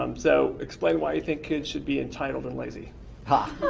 um so explain why you think kids should be entitled and lazy ha!